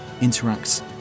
interacts